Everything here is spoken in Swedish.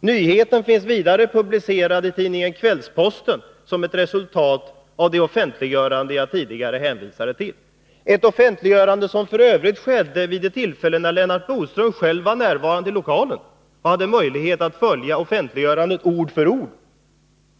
”Nyheten” finns vidare publicerad i tidningen Kvällsposten som ett resultat av det offentliggörande som jag tidigare hänvisade till — ett offentliggörande som f.ö. skedde vid ett tillfälle då Lennart Bodström själv var närvarande i lokalen och hade möjlighet att följa offentliggörandet ord för ord.